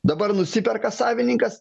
dabar nusiperka savininkas